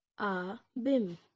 Abim